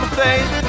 face